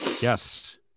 Yes